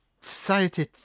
society